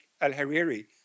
al-Hariri